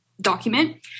document